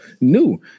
new